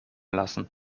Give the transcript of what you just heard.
lassen